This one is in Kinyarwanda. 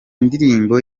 ndirimbo